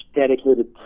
dedicated